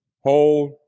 hold